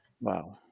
wow